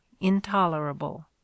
intolerable